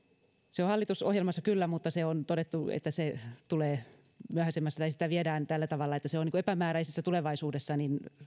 se on hallitusohjelmassa kyllä mutta on todettu että se tulee myöhäisemmässä vaiheessa tai sitä viedään sillä tavalla että se on epämääräisessä tulevaisuudessa